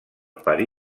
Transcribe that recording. per